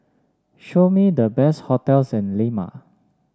show me the best hotels in Lima